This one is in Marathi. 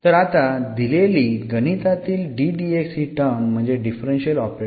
तर आता दिलेली गणितातील ही टर्म म्हणजे डीफ्फरनशिअल ऑपरेटर आहे